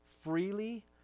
freely